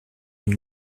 une